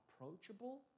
approachable